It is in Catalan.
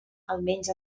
almenys